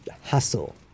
hustle